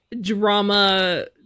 drama